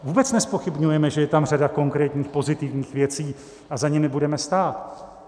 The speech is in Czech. Vůbec nezpochybňujeme, že je tam řada konkrétních pozitivních věcí, a za nimi budeme stát.